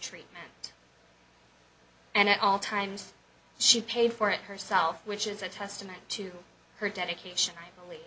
treat it and at all times she paid for it herself which is a testament to her dedication i believe